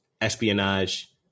espionage